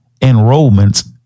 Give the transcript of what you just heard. enrollments